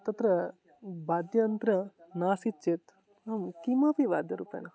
तत्र वाद्ययन्त्रं नासीत् चेत् किमपि वाद्यरूपेण